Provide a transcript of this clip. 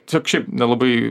tiesiog šiaip nelabai